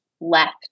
left